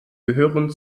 gehören